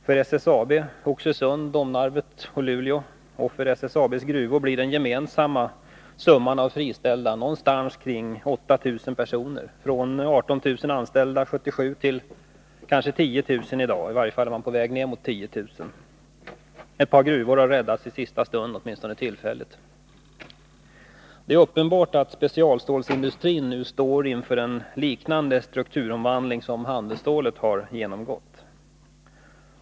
För SSAB, Oxelösund, Domnarvet och Luleå och för SSAB:s gruvor blir den gemensamma summan av friställda någonstans kring 8 000 personer — från 18 000 anställda 1977 till kanske 10 000, som man i dag är på väg ner mot. Ett par gruvor har räddats i sista stund — åtminstone tillfälligt. Det är uppenbart att specialstålsindustrin nu står inför en liknande strukturomvandling som handelsstålet genomgått.